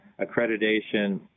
accreditation